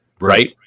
right